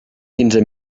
quinze